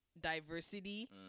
Diversity